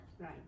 Right